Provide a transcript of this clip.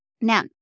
Now